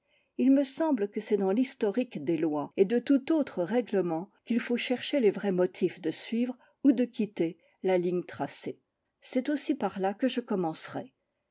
il me semble que c'est dans l'historique des lois et de tout autre règlement qu'il faut chercher les vrais motifs de suivre ou de quitter la ligne tracée c'est aussi par là que je commencerai